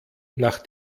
nach